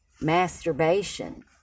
masturbation